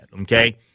okay